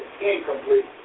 incomplete